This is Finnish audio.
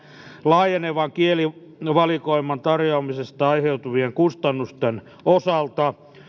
laajenevan kielivalikoiman tarjoamisesta aiheutuvien kustannusten osalta